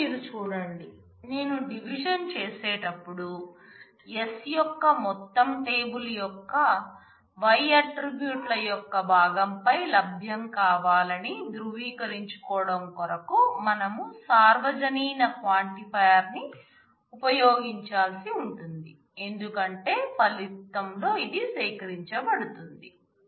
ఇక్కడ మీరు చూడండి నేను డివిజన్ చేసేటప్పుడు s యొక్క మొత్తం టేబుల్ యొక్క Y ఆట్రిబ్యూట్ ల యొక్క భాగం పై లభ్యం కావాలని ధృవీకరించుకోవడం కొరకు మనం సార్వజనీన క్వాంటిఫైయర్ ని ఉపయోగించాల్సి ఉంటుంది ఎందుకంటే ఫలితంలో ఇది సేకరించబడుతుంది